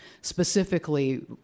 Specifically